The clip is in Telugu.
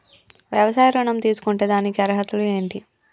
వ్యవసాయ ఋణం తీసుకుంటే దానికి అర్హతలు ఏంటి?